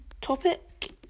topic